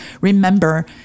remember